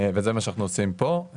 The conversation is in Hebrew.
וזה מה שאנחנו עושים פה.